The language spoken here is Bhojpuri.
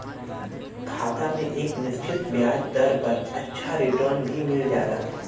खाता में एक निश्चित ब्याज दर पर अच्छा रिटर्न भी मिल जाला